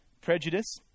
prejudice